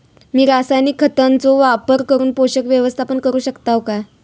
मी रासायनिक खतांचो वापर करून पोषक व्यवस्थापन करू शकताव काय?